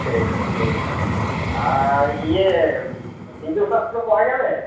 ঠিক ঠিক আর ইয়ে হিন্দুশাস্ত্র পাওয়া যাবে